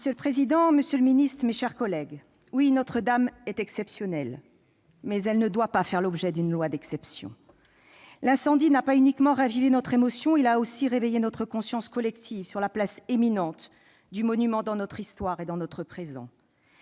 Monsieur le président, monsieur le ministre, mes chers collègues, oui, Notre-Dame est exceptionnelle, mais elle ne doit pas faite l'objet d'une loi d'exception. L'incendie n'a pas uniquement ravivé notre émotion, il a aussi réveillé notre conscience collective sur la place éminente du monument dans notre histoire et dans notre présent.